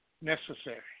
necessary